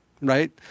right